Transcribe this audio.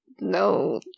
No